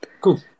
Cool